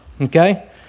okay